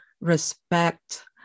Respect